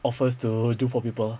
offers to do for people ah